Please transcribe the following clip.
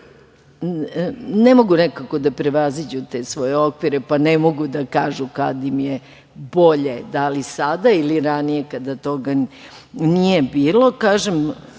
ne mogu nekako da prevaziđu te svoje okvire pa ne mogu da kažu kad im je bolje, da li sada ili ranije kada toga nije bilo,